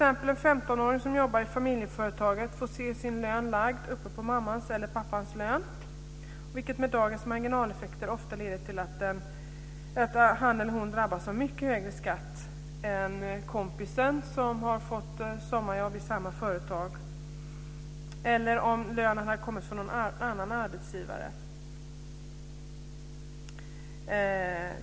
En 15-åring som jobbar i familjeföretaget får t.ex. se sin lön lagd på mammans eller pappans lön, vilket med dagens marginaleffekter ofta leder till att han eller hon drabbas av mycket högre skatt än kompisen som har fått sommarjobb i samma företag eller om lönen hade kommit från någon annan arbetsgivare.